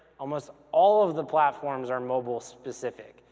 almost all of the platforms are mobile-specific,